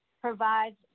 provides